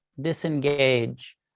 disengage